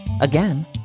Again